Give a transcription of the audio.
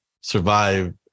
survive